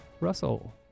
Russell